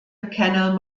canal